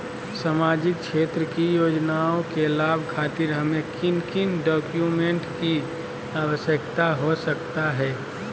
सामाजिक क्षेत्र की योजनाओं के लाभ खातिर हमें किन किन डॉक्यूमेंट की आवश्यकता हो सकता है?